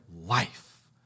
life